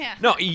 No